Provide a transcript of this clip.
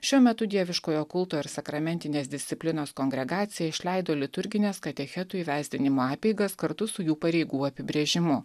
šiuo metu dieviškojo kulto ir sakramentinės disciplinos kongregacija išleido liturgines katechetų įvesdinimo apeigas kartu su jų pareigų apibrėžimu